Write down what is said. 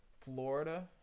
Florida